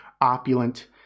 opulent